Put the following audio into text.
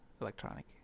Electronic